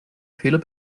fehler